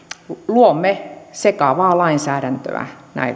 luomme sekavaa lainsäädäntöä